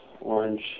orange